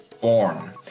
born